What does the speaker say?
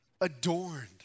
adorned